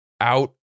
out